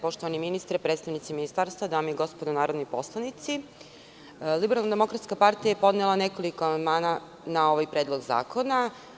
Poštovani ministre, predstavnici ministarstva, dame i gospodo narodni poslanici, LDP je podnela nekoliko amandmana na ovaj predlog zakona.